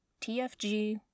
TFG